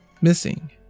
missing